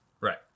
Right